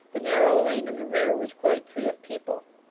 the narrow lane in the rear was quite free of people.